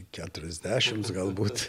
keturiasdešims galbūt